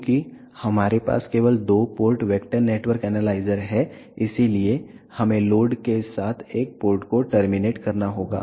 चूंकि हमारे पास केवल दो पोर्ट वेक्टर नेटवर्क एनालाइजर हैं इसलिए हमें लोड के साथ एक पोर्ट को टर्मिनेट करना होगा